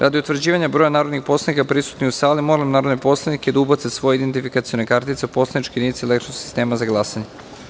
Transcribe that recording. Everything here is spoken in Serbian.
Radi utvrđivanja broja narodnih poslanika prisutnih u sali, molim narodne poslanike da ubace svoje identifikacione kartice u poslaničke jedinice elektronskog sistema za glasanje.